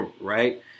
right